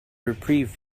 reprieve